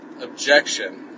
objection